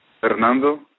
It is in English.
Fernando